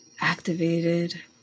activated